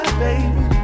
baby